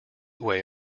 way